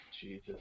Jesus